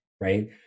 right